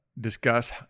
discuss